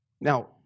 Now